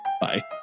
Bye